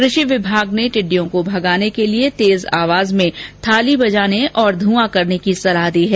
कृषि विमाग ने टिड़डी भगाने के लिए तेज आवाज में थाली बजाने और ध्रंआ करने की सलाह दी है